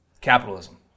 capitalism